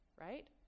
right